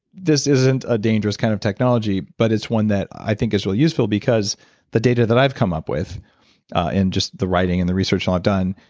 this isn't a dangerous kind of technology but it's one that i think is really useful because the data that i've come up with and just the writing and the research that i've done,